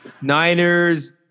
Niners